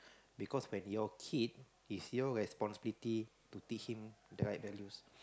because when your kid is your responsibility to teach him the right values